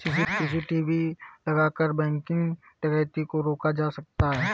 CCTV लगाकर bank डकैती को रोका जा सकता है